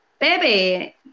baby